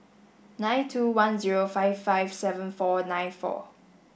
nine two one zero five five seven four nine four